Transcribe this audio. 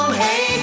hey